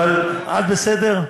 אבל את בסדר?